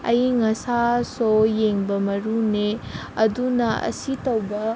ꯑꯏꯪ ꯑꯁꯥꯁꯨ ꯌꯦꯡꯕ ꯃꯔꯨꯅꯦ ꯑꯗꯨꯅ ꯑꯁꯤ ꯇꯧꯕ